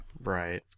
Right